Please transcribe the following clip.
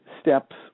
steps